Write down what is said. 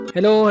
Hello